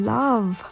love